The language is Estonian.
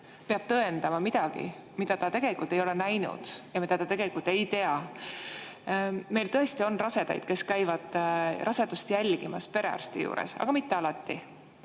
peab tõendama midagi, mida ta tegelikult ei ole näinud ja mida ta tegelikult ei tea. Meil tõesti on rasedaid, kes käivad rasedust jälgimas perearsti juures, aga mitte alati.